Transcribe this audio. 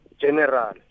general